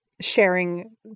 Sharing